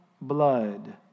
blood